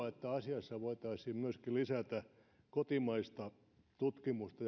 että asiassa voitaisiin myöskin lisätä kotimaista tutkimusta